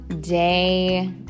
day